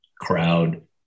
crowd